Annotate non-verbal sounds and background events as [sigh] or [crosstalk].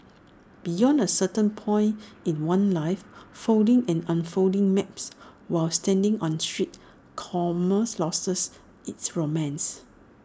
beyond A certain point in one's life folding and unfolding maps while standing on street [unintelligible] loses its romance